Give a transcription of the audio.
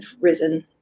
risen